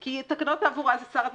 כי תקנות תעבורה זה שר התחבורה,